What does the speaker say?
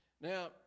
Now